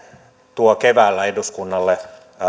tuo keväällä eduskunnalle